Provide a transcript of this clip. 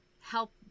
help